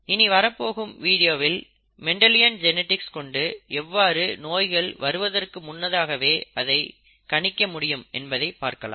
இனி வரப்போகும் வீடியோவில் மெண்டலியன் ஜெனிடிக்ஸ் கொண்டு எவ்வாறு நோய்கள் வருவதற்கு முன்னதாகவே அதை கணிக்க முடியும் என்பதை பார்க்கலாம்